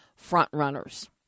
frontrunners